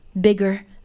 bigger